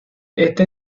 esta